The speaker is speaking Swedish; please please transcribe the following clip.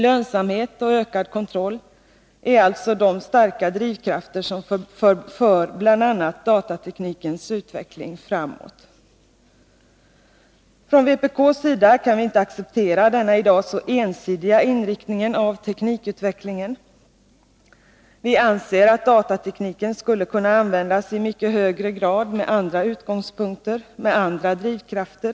Lönsamhet och ökad kontroll är alltså de starka drivkrafter som för bl.a. datateknikens utveckling framåt. Från vpk:s sida kan vi inte acceptera denna i dag så ensidiga inriktning av teknikutvecklingen. Vpk anser att datatekniken skulle kunna användas i mycket högre grad med andra utgångspunkter, med andra drivkrafter.